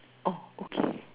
oh okay